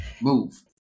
Move